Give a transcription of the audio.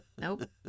Nope